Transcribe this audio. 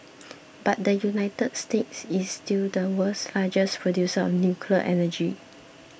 but the United States is still the world's largest producer of nuclear energy